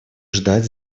ждать